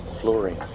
fluorine